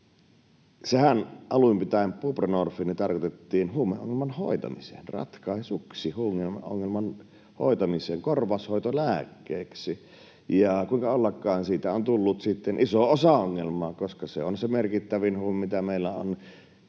Alun pitäenhän buprenorfiini tarkoitettiin huumeongelman hoitamiseen, ratkaisuksi huumeongelman hoitamiseen, korvaushoitolääkkeeksi. Ja kuinka ollakaan, siitä on tullut sitten iso osa ongelmaa, koska se on se merkittävin huume, mitä meillä on